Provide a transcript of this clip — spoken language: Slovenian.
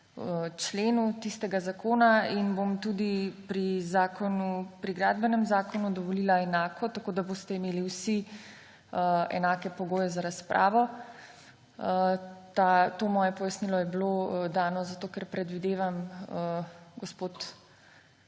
členu tistega zakona. In bom tudi pri Predlogu gradbenega zakona dovolila enako, tako da boste imeli vsi enake pogoje za razpravo. To moje pojasnilo je bilo dano, ker predvidevam, gospod